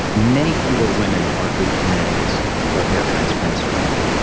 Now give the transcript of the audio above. many fewer women are good candidates for hair transplant surgery.